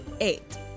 eight